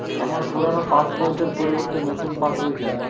আমার পুরানো পাশ বই টার পরিবর্তে নতুন পাশ বই চাই